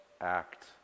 act